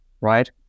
right